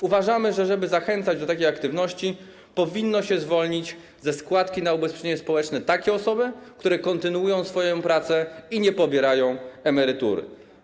Uważamy, że żeby zachęcać do takiej aktywności, powinno się zwolnić ze składki na ubezpieczenie społeczne te osoby, które kontynuują pracę i nie pobierają emerytury.